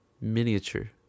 miniature